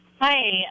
Hi